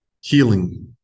healing